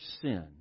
sin